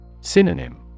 Synonym